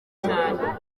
cyane